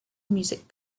music